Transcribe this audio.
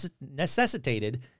necessitated